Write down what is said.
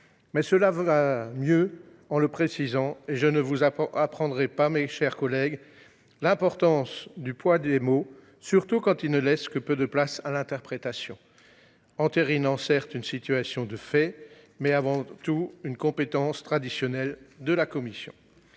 mais cela va mieux en le précisant ! Je ne vous apprendrai pas, mes chers collègues, l’importance du poids des mots, surtout quand ils ne laissent que peu de place à l’interprétation, entérinant certes une situation de fait, mais avant tout une compétence traditionnelle de la commission.